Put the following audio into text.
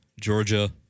Georgia